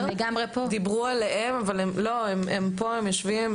דיברו עליהם, אבל לא, הם פה, הם יושבים.